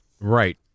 Right